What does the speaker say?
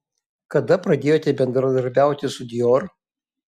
kada pradėjote bendradarbiauti su dior